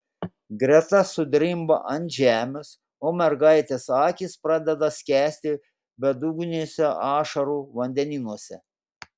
greta sudrimba ant žemės o mergaitės akys pradeda skęsti bedugniuose ašarų vandenynuose